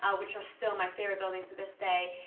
ah which are still my favorite buildings to this day.